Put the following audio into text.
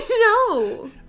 No